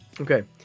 Okay